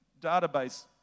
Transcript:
database